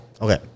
Okay